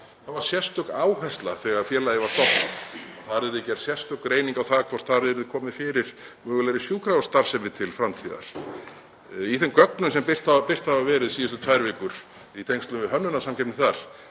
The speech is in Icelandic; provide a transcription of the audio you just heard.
Það var sérstök áhersla á það þegar félagið var stofnað að það yrði gerð sérstök greining á því hvort þar yrði komið fyrir mögulegri sjúkrahússtarfsemi til framtíðar. Í þeim gögnum sem birt hafa verið síðustu tvær vikur í tengslum við hönnunarsamkeppni þar